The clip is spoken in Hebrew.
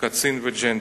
קצין וג'נטלמן.